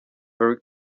very